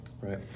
Right